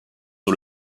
sur